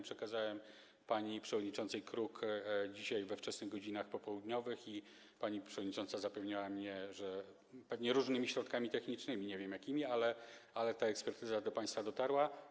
Przekazałem ją pani przewodniczącej Kruk dzisiaj we wczesnych godzinach popołudniowych i pani przewodnicząca zapewniała mnie, że pewnie różnymi środkami technicznymi, nie wiem jakimi, ta ekspertyza do państwa dotarła.